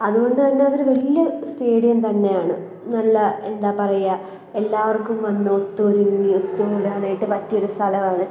അതുകൊണ്ടു തന്നെയതൊരു വലിയ സ്റ്റേഡിയം തന്നെയാണ് നല്ല എന്താ പറയുക എല്ലാവർക്കും വന്നൊത്തൊരുങ്ങി ഒത്തുകൂടാനായിട്ട് പറ്റിയൊരു സ്ഥലമാണ്